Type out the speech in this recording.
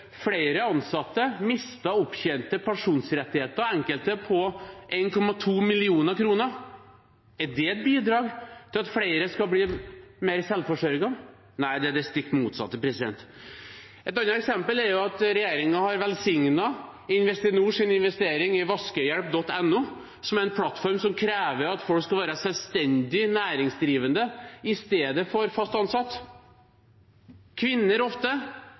flere ansatte mistet opptjente pensjonsrettigheter, enkelte på 1,2 mill. kr. Er det et bidrag til at flere skal bli mer selvforsørget? Nei, det er det stikk motsatte. Et annet eksempel er at regjeringen har velsignet Investinor sin investering i vaskehjelp.no, en plattform som krever at folk skal være selvstendig næringsdrivende i stedet for fast ansatt. Kvinner, ofte,